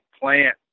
plant